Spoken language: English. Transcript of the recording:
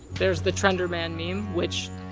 there's the trander man meme which,